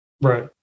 right